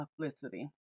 publicity